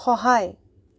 সহায়